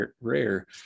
rare